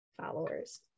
followers